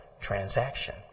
transaction